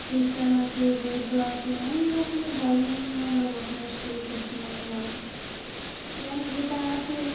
খ্রিস্টান আছে বৌদ্ধ আছে অনেক রকমের ধর্ম নিয়ে আমরা বসবাস করি পশ্চিমবঙ্গের মানুষ এবং যেটা আছে